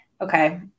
Okay